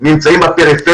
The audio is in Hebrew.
מבנה,